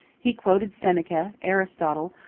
he quoted seneca, aristotle,